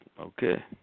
Okay